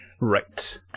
Right